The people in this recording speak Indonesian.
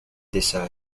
desa